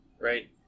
right